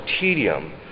tedium